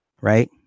Right